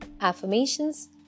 Affirmations